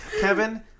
Kevin